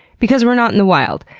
because we're not in the wild.